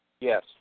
Yes